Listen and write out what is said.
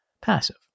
passive